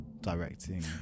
directing